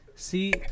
See